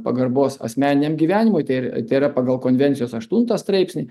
pagarbos asmeniniam gyvenimui tai tai yra pagal konvencijos aštuntą straipsnį